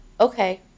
Okay